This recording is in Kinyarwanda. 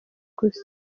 gusa